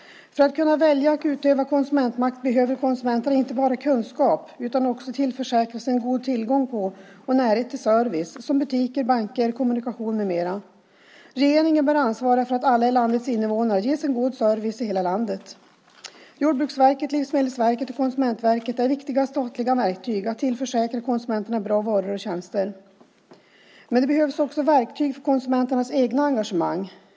För att kunna välja och utöva konsumentmakt behöver konsumenterna inte bara kunskap. De måste också tillförsäkras god tillgång på och närhet till service som butiker, banker, kommunikationer med mera. Regeringen bör ansvara för att alla landets invånare ges en god service i hela landet. Jordbruksverket, Livsmedelsverket och Konsumentverket är viktiga statliga verktyg för att tillförsäkra konsumenterna bra varor och tjänster. Det behövs också verktyg för konsumenternas eget engagemang.